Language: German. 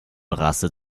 rasse